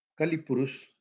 Kalipurus